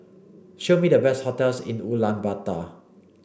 show me the best hotels in Ulaanbaatar